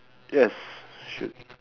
yes should